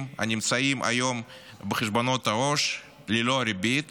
הנמצאים היום בחשבונות העו"ש ללא ריבית